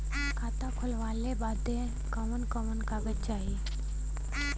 खाता खोलवावे बादे कवन कवन कागज चाही?